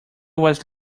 was